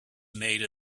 made